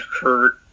hurt